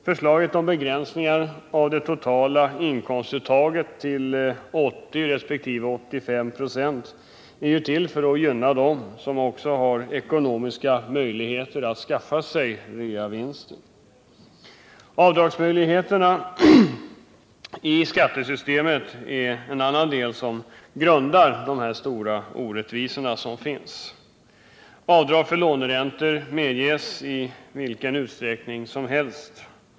Förslaget om begränsningar av det totala inkomstskatteuttaget till 80 resp. 85 96 är till för att gynna dem som också har ekonomiska möjligheter att skaffa sig reavinster. Avdragsmöjligheterna i skattesystemet är en annan del som lägger grunden till de stora orättvisor som finns. Avdrag för låneräntor medges i vilken utsträckning som helst.